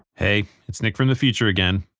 hey it's nick from the future again.